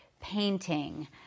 painting